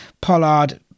Pollard